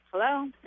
Hello